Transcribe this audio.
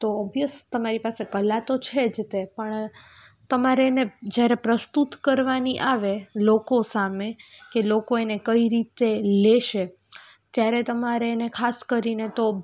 તો ઓબવીયસ તમારી પાસે કલા તો છે જ તે પણ તમારે એને જ્યારે પ્રસ્તુત કરવાની આવે લોકો સામે કે લોકો એને કઈ રીતે લેશે ત્યારે તમારે એને ખાસ કરીને તો